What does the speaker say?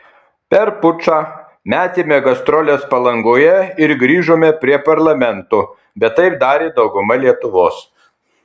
per pučą metėme gastroles palangoje ir grįžome prie parlamento bet taip darė dauguma lietuvos